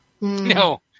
No